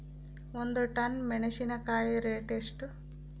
ಒಂದು ಟನ್ ಮೆನೆಸಿನಕಾಯಿ ರೇಟ್ ಎಷ್ಟು?